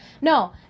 No